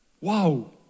Wow